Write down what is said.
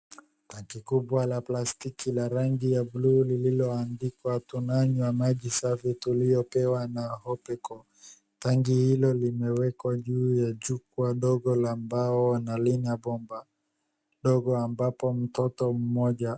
Tanki kubwa la plastiki la rangi ya buluu lililoandikwa, tunanywa maji safi tuliyopewa na Hopecore . Tanki hilo limewekwa juu ya jukwaa dogo la mbao ambalo lina bomba dogo ambapo mtoto mmoja...